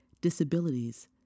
disabilities